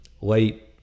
late